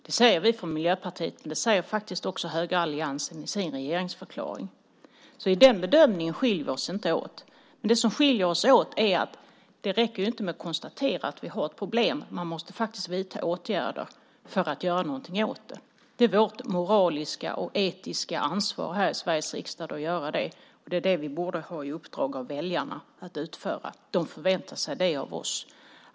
Det säger vi i Miljöpartiet, och det säger faktiskt också högeralliansen i sin regeringsförklaring, så i den bedömningen skiljer vi oss inte åt. Men det räcker inte med att konstatera att vi har ett problem. Man måste faktiskt vidta åtgärder för att göra någonting åt det - det är där vi skiljer oss åt. Det är vårt moraliska och etiska ansvar här i Sveriges riksdag att göra det, och det är det vi borde ha i uppdrag av väljarna att utföra. De förväntar sig det av oss.